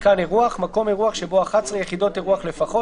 ""מיתקן אירוח" מקום אירוח שבו 11 יחידות אירוח לפחות,